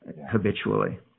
habitually